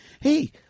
hey